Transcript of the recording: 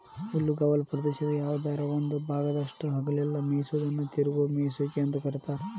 ಹುಲ್ಲುಗಾವಲ ಪ್ರದೇಶದ ಯಾವದರ ಒಂದ ಭಾಗದಾಗಷ್ಟ ಹಗಲೆಲ್ಲ ಮೇಯಿಸೋದನ್ನ ತಿರುಗುವ ಮೇಯಿಸುವಿಕೆ ಅಂತ ಕರೇತಾರ